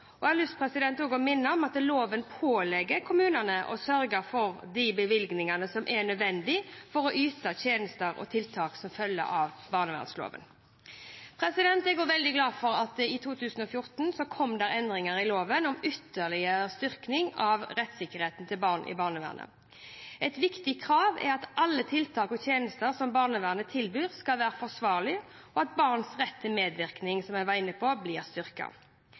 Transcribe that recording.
Fylkesmannen. Jeg har også lyst til å minne om at loven pålegger kommunene å sørge for de bevilgningene som er nødvendige for å yte tjenester og tiltak som følger av barnevernloven. Jeg er også veldig glad for at det i 2014 kom endringer i loven som ytterligere styrket rettssikkerheten til barn i barnevernet. Et viktig krav er at alle tiltak og tjenester som barnevernet tilbyr, skal være forsvarlige, og at barns rett til medvirkning blir styrket. Det er nå presisert i loven at retten til medvirkning gjelder i alle forhold som